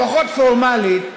לפחות פורמלית,